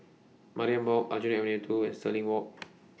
Mariam Walk Aljunied Avenue two and Stirling Walk